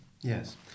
Yes